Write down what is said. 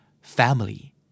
Family